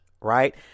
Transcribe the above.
Right